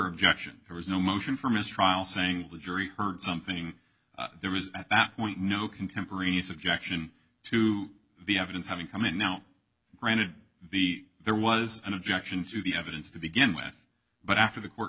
objection there was no motion for mistrial saying the jury heard something there was at that point no contemporaneous objection to the evidence having come in now granted the there was an objection to the evidence to begin with but after the court